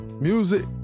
music